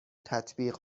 تطبیق